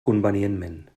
convenientment